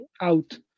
out